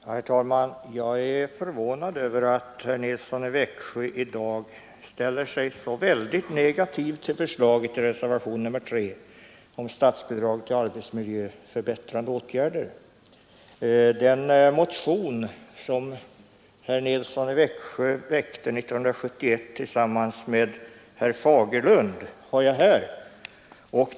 Herr talman! Jag är förvånad över att herr Nilsson i Växjö i dag ställer sig så väldigt negativ till förslaget i reservationen 3, om statsbidrag till arbetsmiljöförbättrande åtgärder. Den motion som herr Nilsson väckte 1971 tillsammans med herr Fagerlund har jag här.